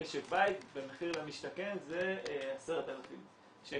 למשק בית, ב'מחיר למשתכן' זה 10,000 שקל.